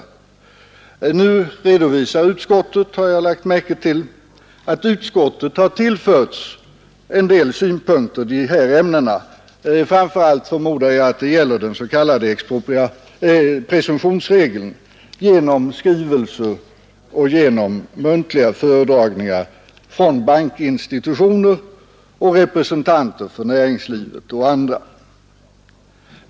Utskottet redovisar, har jag lagt märke till, att utskottet har tillförts en del synpunkter i dessa ämnen — framför allt förmodar jag att det gäller den s.k. presumtionsregeln — genom skrivelser och muntliga föredragningar från bankinstitutioner, representanter för näringslivet och andra.